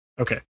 Okay